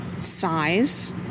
Size